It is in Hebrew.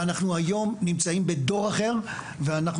ואנחנו היום נמצאים בדור אחר ואנחנו